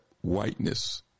whiteness